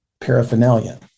paraphernalia